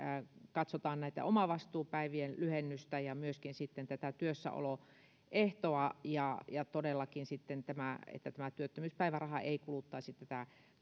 katsotaan tätä omavastuupäivien lyhennystä ja myöskin sitten tätä työssäoloehtoa ja ja todellakin sitä että tämä työttömyyspäiväraha ei kuluttaisi tätä